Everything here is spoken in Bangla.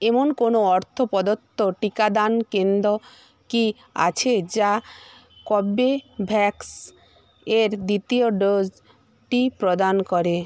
এমন কোনো অর্থ প্রদত্ত টিকাদান কেন্দ্র কি আছে যা কোভোভ্যাক্স এর দ্বিতীয় ডোজটি প্রদান করে